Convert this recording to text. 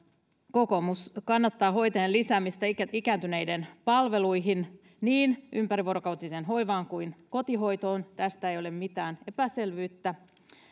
kokoomus kannattaa hoitajien lisäämistä ikääntyneiden palveluihin niin ympärivuorokautiseen hoivaan kuin kotihoitoon tästä ei ole mitään epäselvyyttä